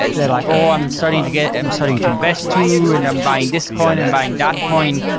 they're like, oh, i'm starting to get i'm starting to invest too and i'm buying this coin and buying that coin.